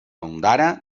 ondara